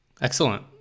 Excellent